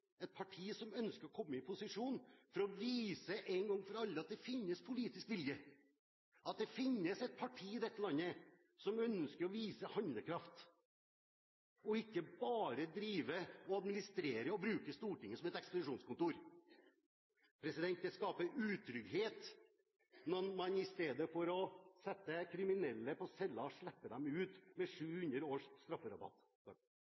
et parti som ønsker å komme i posisjon for å vise en gang for alle at det finnes politisk vilje, at det finnes et parti i dette landet som ønsker å vise handlekraft og ikke bare drive og administrere og bruke Stortinget som et ekspedisjonskontor. Det skaper utrygghet når man i stedet for å sette kriminelle på cella slipper dem ut med